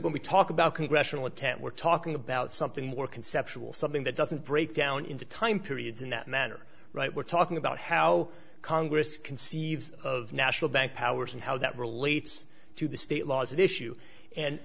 when we talk about congressional intent we're talking about something more conceptual something that doesn't break down into time periods in that matter right we're talking about how congress conceives of national bank powers and how that relates to the state laws issue and